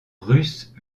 russes